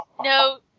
no